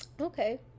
Okay